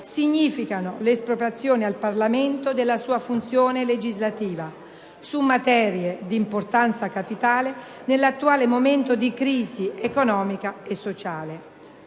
significano l'espropriazione al Parlamento della sua funzione legislativa su materie di importanza capitale nell'attuale momento di crisi economica e sociale.